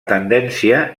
tendència